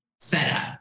setup